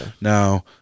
Now